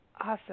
Awesome